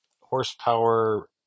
horsepower